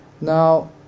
Now